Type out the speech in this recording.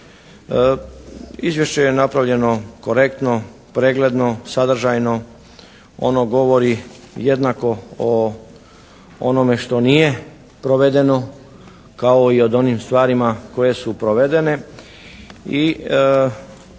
Izvješće je napravljeno korektno, pregledno, sadržajno. Ono govori jednako o onome što nije provedeno kao i o onim stvarima koje su provedene